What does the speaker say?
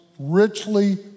richly